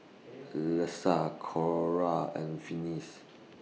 Lesa Cora and Finis